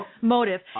motive